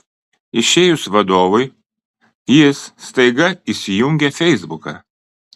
išėjus vadovui jis staiga įsijungia feisbuką